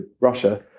Russia